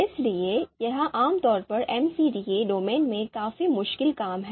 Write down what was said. इसलिए यह आमतौर पर MCDA डोमेन में काफी मुश्किल काम है